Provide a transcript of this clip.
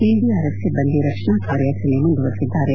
NDRF ಸಿಬ್ಲಂದಿ ರಕ್ಷಣಾ ಕಾರ್ಯಾಚರಣೆ ಮುಂದುವರಿಸಿದ್ದಾರೆ